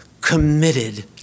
committed